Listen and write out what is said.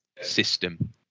system